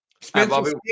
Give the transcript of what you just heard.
Spencer